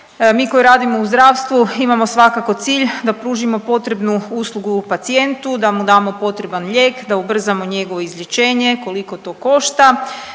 Mi koji radimo u zdravstvu imamo svakako cilj da pružimo potrebnu uslugu pacijentu, da mu damo potreban lijek, da ubrzamo njegovo izlječenje, koliko to košta